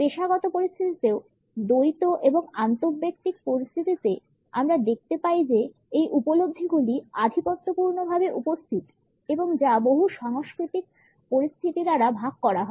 পেশাগত পরিস্থিতিতেও দ্বৈত এবং আন্তঃব্যক্তিক পরিস্থিতিতে আমরা দেখতে পাই যে এই উপলব্ধিগুলি আধিপত্যপূর্ণভাবে উপস্থিত এবং যা বহু সাংস্কৃতিক পরিস্থিতি দ্বারা ভাগ করা হয়